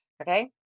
Okay